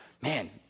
Man